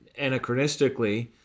anachronistically